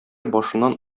башыннан